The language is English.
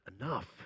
enough